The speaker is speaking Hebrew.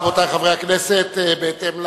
רבותי חברי הכנסת, בהתאם לנהוג,